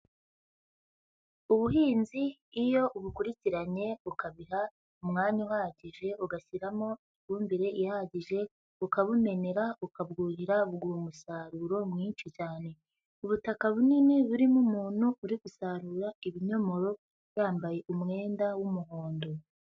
Ubuhinzi iyo ubukurikiranye ukabiha umwanya uhagije, ugashyiramo ifumbire ihagije, ukabumenera ukabwuhiragura, buguha umusaruro mwinshi cyane. Ubutaka bunini burimo umuntu uri gusarura ibinyomoro, yambaye umwenda w'umuhondo.